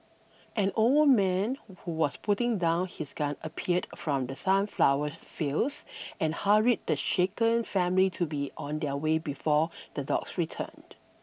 an old man who was putting down his gun appeared from the sunflower fields and hurried the shaken family to be on their way before the dogs return